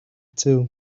too